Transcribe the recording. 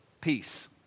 peace